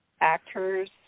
actors